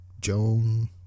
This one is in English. Joan